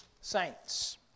saints